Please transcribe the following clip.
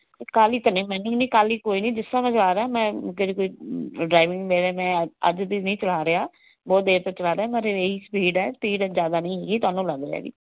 ਕਾਹਲੀ ਤਾਂ ਨਹੀਂ ਮੈਨੂੰ ਵੀ ਨਹੀਂ ਕਾਹਲੀ ਕੋਈ ਨਹੀਂ ਜਿਸ ਤਰ੍ਹਾਂ ਮੈਂ ਚਲਾ ਰਿਹਾ ਮੈਂ ਜਿਹੜੀ ਮੇਰੀ ਡਰਾਈਵਿੰਗ ਮੇਰੇ ਮੈਂ ਅੱਜ ਦੀ ਨਹੀਂ ਚਲਾ ਰਿਹਾ ਬਹੁਤ ਦੇਰ ਤੋਂ ਚਲਾ ਰਿਹਾ ਮੇਰੀ ਇਹ ਹੀ ਸਪੀਡ ਆ ਸਪੀਡ ਜ਼ਿਆਦਾ ਨਹੀਂ ਹੈਗੀ ਤੁਹਾਨੂੰ ਲੱਗ ਰਿਹਾ ਜੀ